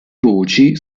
voci